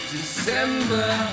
December